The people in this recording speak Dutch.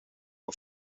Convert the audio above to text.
een